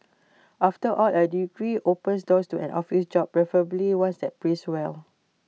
after all A degree opens doors to an office job preferably one that pays well